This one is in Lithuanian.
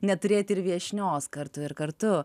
neturėti ir viešnios kartu ir kartu